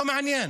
לא מעניין.